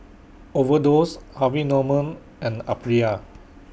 Overdose Harvey Norman and Aprilia